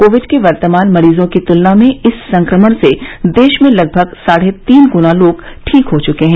Covid के वर्तमान मरीजों की तुलना में इस संक्रमण से देश में लगभग साढे तीन गुना लोग ठीक हो चुके हैं